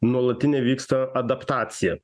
nuolatinė vyksta adaptacija